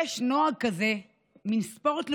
יש נוהג כזה, מין ספורט לאומי,